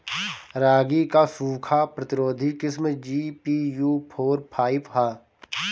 रागी क सूखा प्रतिरोधी किस्म जी.पी.यू फोर फाइव ह?